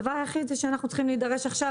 הדבר היחיד הוא שאנחנו צריכים להידרש עכשיו